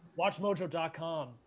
Watchmojo.com